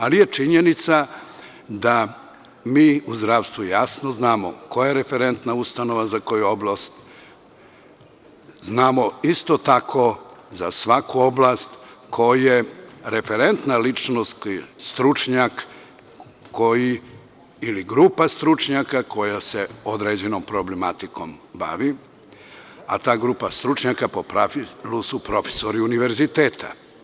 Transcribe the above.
Ali, činjenicaje da mi u zdravstvu jasno znamo koja je referentna ustanova za koju oblast, znamo isto tako za svaku oblast ko je referentna ličnost, ko je stručnjak, ili grupa stručnjaka koja se određenom problematikom bavi, a ta grupa stručnjaka po pravilu su profesori univerziteta.